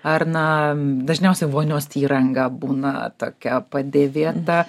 ar na dažniausiai vonios įranga būna tokia padėvėta